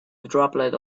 droplet